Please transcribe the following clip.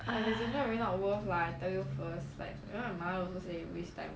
!hais!